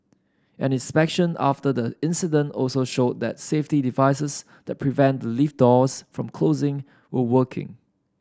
an inspection after the incident also showed that safety devices that prevent the lift doors from closing were working